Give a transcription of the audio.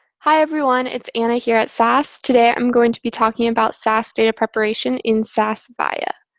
hi, everyone. it's anna here at sas. today, i'm going to be talking about sas data preparation in sas viya.